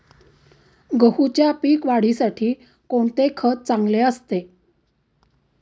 गहूच्या पीक वाढीसाठी कोणते खत चांगले असते?